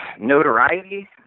notoriety